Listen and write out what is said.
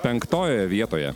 penktojoje vietoje